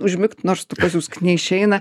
užmigt nors tu pasiusk neišeina